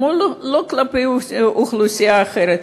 לא כמו כלפי אוכלוסייה אחרת,